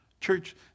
Church